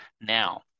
now